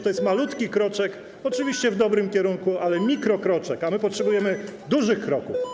To jest malutki kroczek, oczywiście w dobrym kierunku, ale mikrokroczek, a my potrzebujemy dużych kroków.